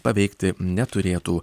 paveikti neturėtų